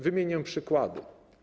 Wymienię przykłady.